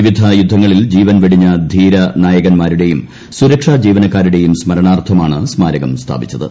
വിവിധ യുദ്ധങ്ങളിൽ ജീവൻ വെടിഞ്ഞ ധീരനായകന്മാരുടെയും സുരക്ഷാ ജീവനക്കാരുടേയും സ്മരണാർഥമാണ് സ്മാരകം സ്ഥാപിച്ചത്